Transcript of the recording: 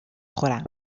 خورم